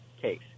case